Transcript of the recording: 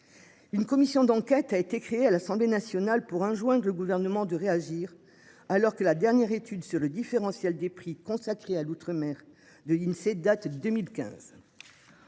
Une commission d'enquête a été créée à l'Assemblée nationale pour enjoindre le gouvernement de réagir alors que la dernière étude sur le différentiel des prix consacré à l'Outre-mer de l'Insee date de 2015.